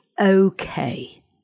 okay